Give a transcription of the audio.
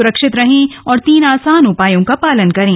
सुरक्षित रहें और तीन आसान उपायों का पालन करें